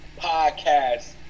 podcast